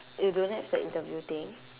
you don't have the interview thing